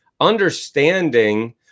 Understanding